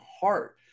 heart